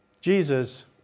Jesus